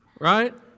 right